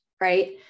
right